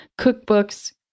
cookbooks